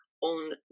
on